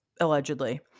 allegedly